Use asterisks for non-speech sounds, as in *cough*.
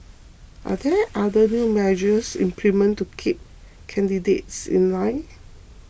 *noise* are there other new measures implemented to keep candidates in line